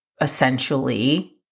essentially